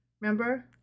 Remember